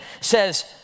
says